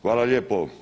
Hvala lijepo.